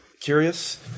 Curious